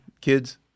kids